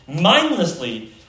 mindlessly